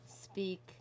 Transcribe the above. speak